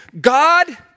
God